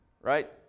Right